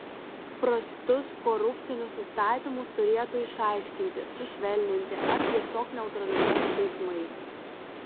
prastus korupcinius įstatymus turėtų išaiškinti sušvelninti ar tiesiog neutralizuoti teismai